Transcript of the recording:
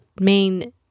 main